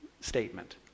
statement